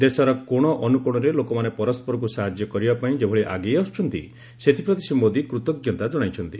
ଦେଶର କୋଣ ଅନୁକୋଶରେ ଲୋକମାନେ ପରସ୍କରକୁ ସାହାଯ୍ୟ କରିବାପାଇଁ ଯେଭଳି ଆଗେଇ ଆସୁଛନ୍ତି ସେଥିପ୍ରତି ଶ୍ରୀ ମୋଦି କୃତଜ୍ଞତା ଜଣାଇଛନ୍ତି